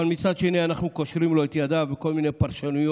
אבל מצד שני אנחנו קושרים לו את ידיו בכל מיני פרשנויות